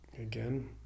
again